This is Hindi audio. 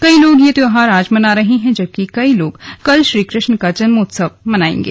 कई लोग ये त्योहार आज मना रहे हैं जबकि कई लोग कल श्रीकृष्ण का जन्मोत्वस मनाएंगे